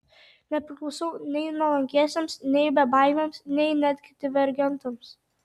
nepriklausau nei nuolankiesiems nei bebaimiams nei netgi divergentams